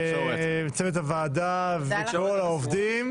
צוות הוועדה וכל העובדים.